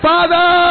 Father